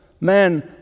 man